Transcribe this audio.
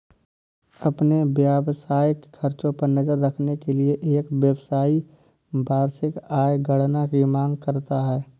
अपने व्यावसायिक खर्चों पर नज़र रखने के लिए, एक व्यवसायी वार्षिक आय गणना की मांग करता है